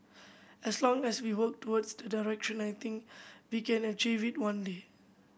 as long as we work towards that direction I think we can achieve it one day